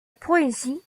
poésie